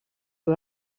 who